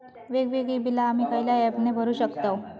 वेगवेगळी बिला आम्ही खयल्या ऍपने भरू शकताव?